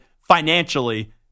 financially